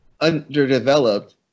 underdeveloped